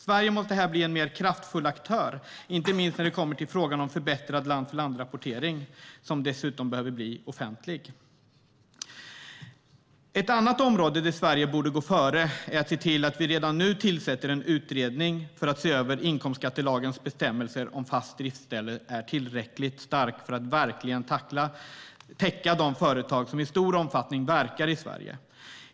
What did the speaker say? Sverige måste här bli en mer kraftfull aktör, inte minst när det kommer till frågan om förbättrad land-för-land-rapportering, som dessutom behöver bli offentlig. Sverige borde dessutom gå före och redan nu tillsätta en utredning för att se över om inkomstskattelagens bestämmelser om fast driftsställe är tillräckligt starka för att verkligen täcka in de företag som i stor omfattning verkar i Sverige.